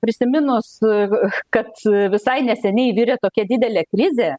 prisiminus kad visai neseniai virė tokia didelė krizė